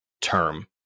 term